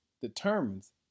determines